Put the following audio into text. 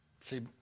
See